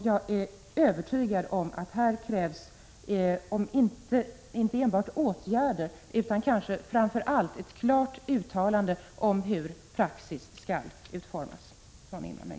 Jag är övertygad om att det här krävs inte enbart åtgärder utan också — och kanske framför allt — ett klart uttalande från invandrarministerns sida om hur praxis skall utformas.